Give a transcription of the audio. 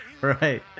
Right